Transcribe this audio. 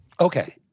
Okay